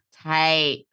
Tight